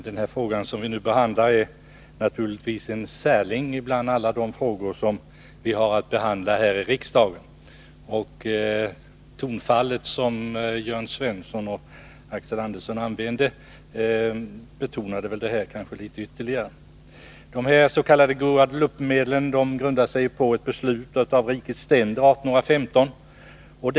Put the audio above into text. Herr talman! Den fråga det nu gäller är naturligtvis en särling bland alla de frågor som vi har att behandla här i riksdagen. De tonfall som Jörn Svensson och Axel Andersson använde underströk väl detta ytterligare. De s.k. Guadeloupemedlen grundar sig ju på ett beslut av rikets ständer 1815.